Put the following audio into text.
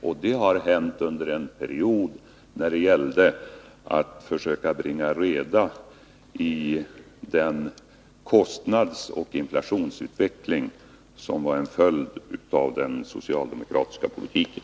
Och det har hänt under en period då det gällde att försöka bringa reda i den kostnadsoch inflationsutveckling som var en följd av den socialdemokratiska politiken.